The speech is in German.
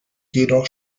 jedoch